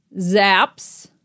Zaps